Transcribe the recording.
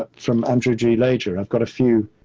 ah from andrew g lajer. i've got a few,